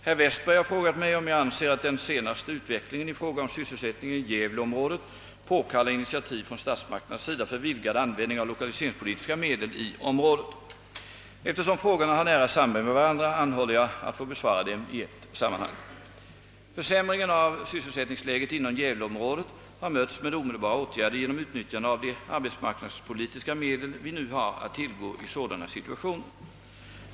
Herr Westberg har frågat mig om jag anser att den senaste utvecklingen i fråga om sysselsättningen i gävleområdet påkallar initiativ från statsmakternas sida för vidgad användning av lokaliseringspolitiska medel i området. Eftersom frågorna har nära samband med varandra anhåller jag att få besvara dem i ett sammanhang. Försämringen av sysselsättningsläget inom gävleområdet har mötts med omedelbara åtgärder genom utnyttjande av de arbetsmarknadspolitiska medel vi nu har att tillgå i sådana situationer.